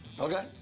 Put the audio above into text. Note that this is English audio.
Okay